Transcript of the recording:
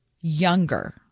younger